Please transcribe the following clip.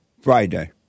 Friday